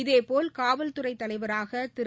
இதேபோல் காவல்துறை தலைவராக திரு